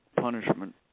punishment